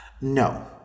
No